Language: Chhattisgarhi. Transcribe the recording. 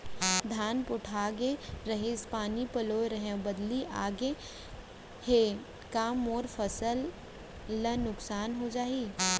धान पोठागे रहीस, पानी पलोय रहेंव, बदली आप गे हे, का मोर फसल ल नुकसान हो जाही?